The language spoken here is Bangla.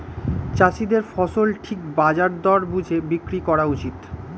চাষীদের ফসল ঠিক বাজার দর বুঝে বিক্রি করা উচিত